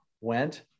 went